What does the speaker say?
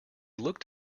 look